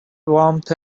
warmth